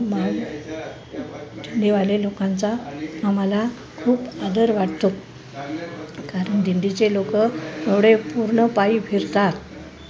मा दिंडीवाले लोकांचा आम्हाला खूप आदर वाटतो कारण दिंडीचे लोक एवढे पूर्ण पायी फिरतात